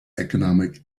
economic